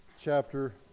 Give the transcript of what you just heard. chapter